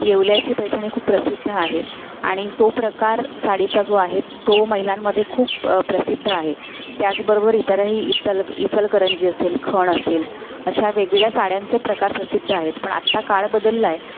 येवल्याची पैठणी खूप प्रसिद्ध आहे आणि तो प्रकार साडीचा जो आहे तो महिलांमध्ये खूप प्रसिद्ध आहे त्याचबरोबर इतरही इतल इचलकरंजी असेल खण असेल अशा वेगवेगळ्या साड्यांचे प्रकार प्रसिद्ध आहेत पण आत्ता काळ बदलला आहे